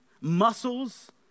muscles